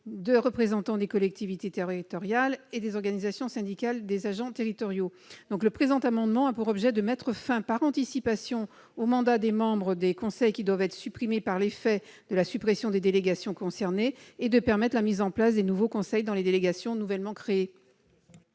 de représentants des collectivités territoriales et des organisations syndicales des agents territoriaux. Le présent amendement a pour objet de mettre fin par anticipation aux mandats des membres des conseils qui doivent être supprimés par l'effet de la suppression des délégations concernées et de permettre la mise en place des nouveaux conseils dans les délégations nouvellement créées.